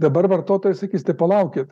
dabar vartotojai sakys tai palaukit